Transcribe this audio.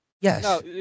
Yes